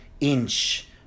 inch